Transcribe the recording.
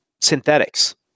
synthetics